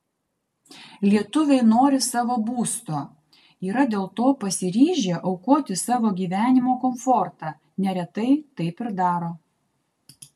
lietuviai nori savo būsto yra dėl to pasiryžę aukoti savo gyvenimo komfortą neretai taip ir daro